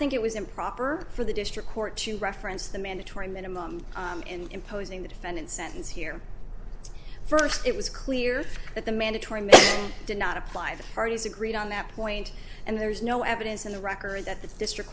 think it was improper for the district court to reference the mandatory minimum in imposing the defendant sentence here first it was clear that the mandatory did not apply the parties agreed on that point and there is no evidence in the record that the district